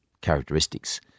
characteristics